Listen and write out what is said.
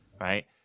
right